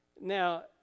Now